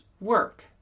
work